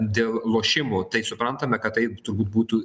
dėl lošimų tai suprantame kad taip turbūt būtų